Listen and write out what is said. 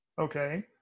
Okay